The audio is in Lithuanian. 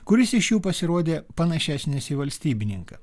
kuris iš jų pasirodė panašesnis į valstybininką